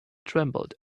trembled